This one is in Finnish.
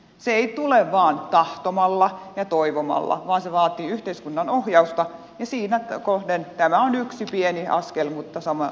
se ei tule vain tahtomalla ja toivomalla vaan se vaatii yhteiskunnan ohjausta ja siinä kohden tämä on yksi pieni askel mutta sen suuntainen